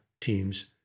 teams